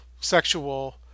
sexual